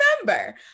remember